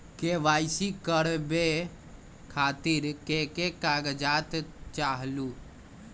KYC करवे खातीर के के कागजात चाहलु?